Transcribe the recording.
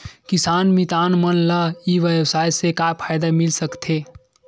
किसान मितान मन ला ई व्यवसाय से का फ़ायदा मिल सकथे?